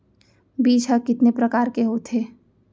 बीज ह कितने प्रकार के होथे?